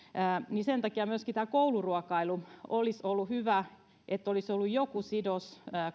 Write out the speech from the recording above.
sen takia myöskin tämä kouluruokailu olisi ollut hyvä niin että olisi ollut joku sidos